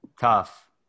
tough